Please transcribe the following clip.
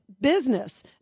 business